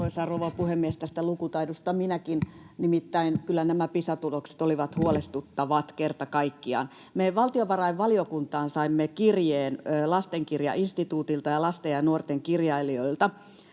Content: Arvoisa rouva puhemies! Tästä lukutaidosta minäkin — nimittäin kyllä nämä Pisa-tulokset olivat huolestuttavat kerta kaikkiaan. Me saimme valtiovarainvaliokuntaan kirjeen Lastenkirjainstituutilta ja lasten- ja nuortenkirjailijoilta,